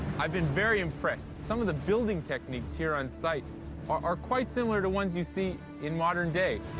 i've been very impressed. some of the building techniques here on sight are are quite similar to ones you see in modern day.